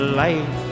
life